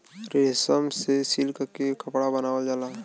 रेशम से सिल्क के कपड़ा बनावल जाला